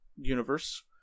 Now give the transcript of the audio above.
universe